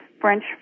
French